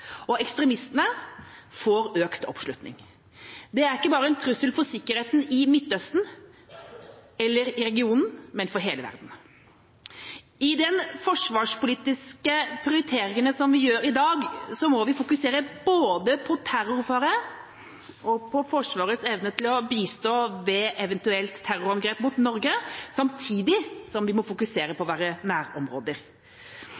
og ekstremistene får økt oppslutning. Det er ikke bare en trussel for sikkerheten i Midtøsten, eller i regionen, men for hele verden. I de forsvarspolitiske prioriteringene som vi gjør i dag, må vi fokusere både på terrorfare og på Forsvarets evne til å bistå ved et eventuelt terrorangrep mot Norge, samtidig som vi må fokusere